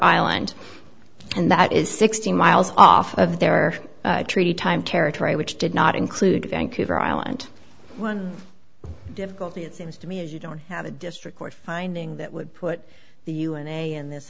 island and that is sixty miles off of their treaty time territory which did not include vancouver island one difficulty it seems to me is you don't have a district court finding that would put the una in this